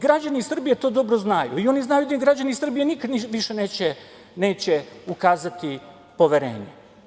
Građani Srbije to dobro znaju i oni znaju da im građani Srbije nikad više neće ukazati poverenje.